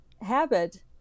habit